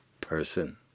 person